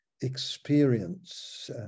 experience